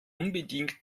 unbedingt